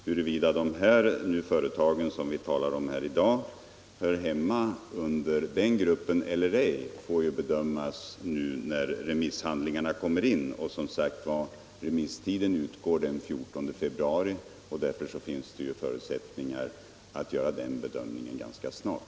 Huruvida de företag som vi talar om i dag hör till den gruppen får bedömas när remisshandlingarna kommer in. Och remisstiden utgår som sagt den 14 februari, och därför finns det förutsättningar att göra den bedömningen ganska snart.